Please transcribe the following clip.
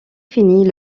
finit